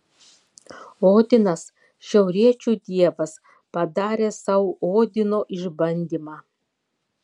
odinas šiauriečių dievas padaręs sau odino išbandymą